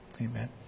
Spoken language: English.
Amen